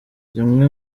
zimwe